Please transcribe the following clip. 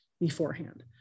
beforehand